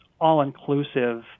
all-inclusive